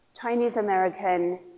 Chinese-American